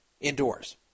Indoors